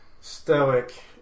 stoic